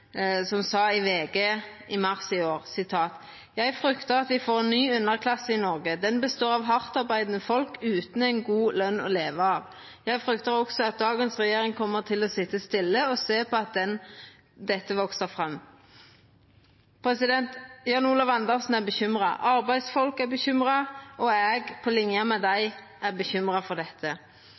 som sa i VG i mars i år: «Jeg frykter at vi får en ny underklasse i Norge. Den består av hardtarbeidende folk uten ei god lønn å leve av. Jeg frykter også at dagens regjering kommer til å sitte stille å se på at dette vokser fram.» Jan Olav Andersen er bekymra, arbeidsfolk er bekymra, og eg – på linje med dei – er bekymra for dette.